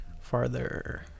farther